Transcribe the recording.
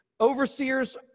Overseers